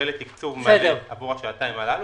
מקבלת תקצוב מלא עבור השעתיים הללו,